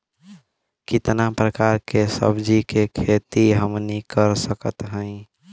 कितना प्रकार के सब्जी के खेती हमनी कर सकत हई?